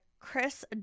Chris